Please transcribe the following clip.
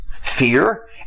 fear